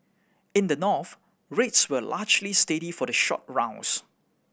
in the North rates were largely steady for the short rounds